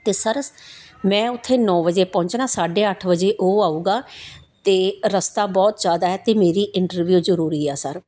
ਅਤੇ ਸਰ ਮੈਂ ਉੱਥੇ ਨੌਂ ਵਜੇ ਪਹੁੰਚਣਾ ਸਾਢੇ ਅੱਠ ਵਜੇ ਉਹ ਆਊਂਗਾ ਅਤੇ ਰਸਤਾ ਬਹੁਤ ਜ਼ਿਆਦਾ ਹੈ ਅਤੇ ਮੇਰੀ ਇੰਟਰਵਿਊ ਜ਼ਰੂਰੀ ਹੈ ਸਰ